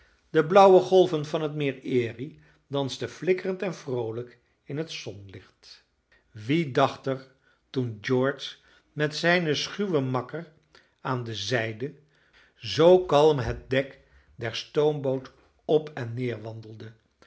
de blauwe golven van het meer erie dansten flikkerend en vroolijk in het zonnelicht wie dacht er toen george met zijnen schuwen makker aan de zijde zoo kalm het dek der stoomboot op en neer wandelde